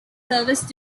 service